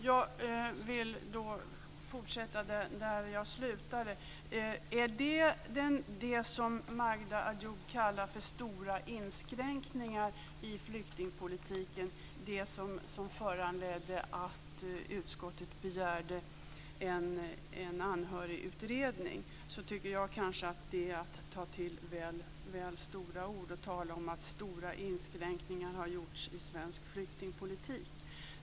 Herr talman! Jag vill fortsätta där jag slutade. Magda Ayoub talar om stora inskränkningar i flyktingpolitiken. Jag tycker kanske att det är att ta till väl stora ord att tala om att stora inskränkningar har gjorts i svensk flyktingpolitik om det gäller det som föranledde att utskottet begärde en anhörigutredning.